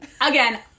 Again